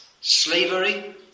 slavery